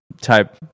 type